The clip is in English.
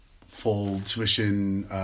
full-tuition